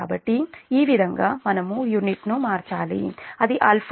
కాబట్టి ఈ విధంగా మనం యూనిట్ను మార్చాలి అది α యూనిట్ మీరు rpm sec అవుతుంది